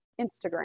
instagram